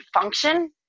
function